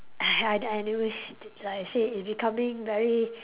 I I anyway like I said it's becoming very